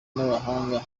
n’abahanga